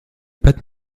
pattes